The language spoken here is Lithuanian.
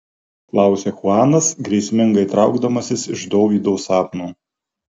klausia chuanas grėsmingai traukdamasis iš dovydo sapno